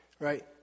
Right